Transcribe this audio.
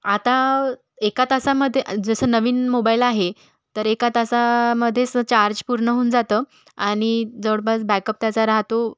आता एका तासामध्ये जसं नवीन मोबाईल आहे तर एका तासा मध्ये चार्ज पूर्ण होऊन जातं आणि जवळपास बॅकअप त्याचा राहतो